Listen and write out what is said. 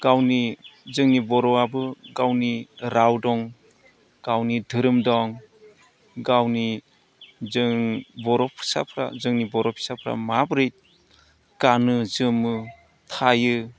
गावनि जोंनि बर'आबो गावनि राव दं गावनि धोरोम दं गावनि जों बर' फिसाफ्रा जोंनि बर' फिसाफ्रा माब्रै गानो जोमो थायो